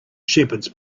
shepherds